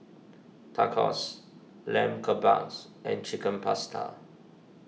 Tacos Lamb Kebabs and Chicken Pasta